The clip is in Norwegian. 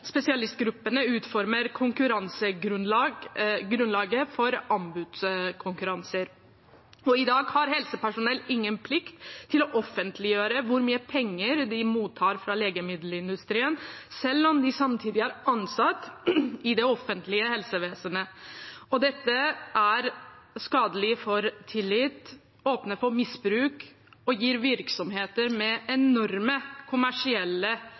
Spesialistgruppene utformer konkurransegrunnlaget for anbudskonkurranser, og i dag har helsepersonell ingen plikt til å offentliggjøre hvor mye penger de mottar fra legemiddelindustrien, selv om de samtidig er ansatt i det offentlige helsevesenet. Dette er skadelig for tilliten, åpner for misbruk og gir virksomheter med enorme kommersielle